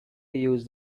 used